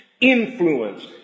influence